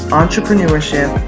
entrepreneurship